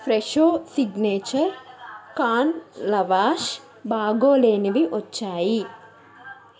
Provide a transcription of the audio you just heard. Fresho signature corn lavash బాగోలేనివి వచ్చాయి